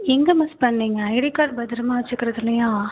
எங்கே மிஸ் பண்ணிங்க ID card பத்திரமா வச்சுக்கிறதில்லயா